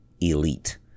elite